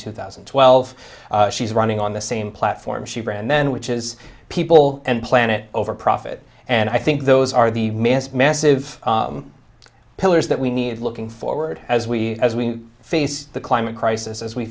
two thousand and twelve she's running on the same platform she ran then which is people and planet over profit and i think those are the massive pillars that we need looking forward as we as we face the climate crisis as we